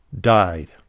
died